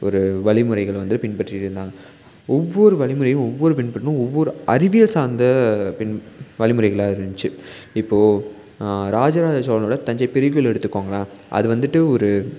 ஒரு வழிமுறைகள் வந்து பின்பற்றிட்டு இருந்தாங்க ஒவ்வொரு வழிமுறையும் ஒவ்வொரு பின்பற்றலும் ஒவ்வொரு அறிவியல் சார்ந்த பின் வழிமுறைகளாக இருந்துச்சி இப்போ ராஜ ராஜ சோழனோட தஞ்சை பெரியக்கோயில எடுத்துக்கோங்களேன் அது வந்துட்டு ஒரு